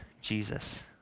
Jesus